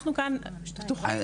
אנחנו כאן פתוחים לזה.